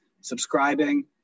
subscribing